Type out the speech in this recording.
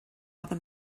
other